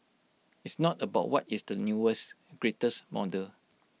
it's not about what is the newest greatest model